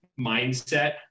mindset